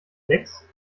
sechs